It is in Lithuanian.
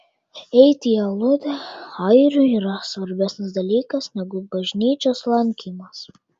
eiti į aludę airiui yra svarbesnis dalykas negu bažnyčios lankymas